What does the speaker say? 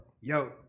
Yo